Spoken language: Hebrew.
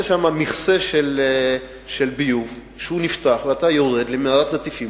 יש שם מכסה של ביוב שנפתח ואתה יורד למערת נטיפים,